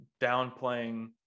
downplaying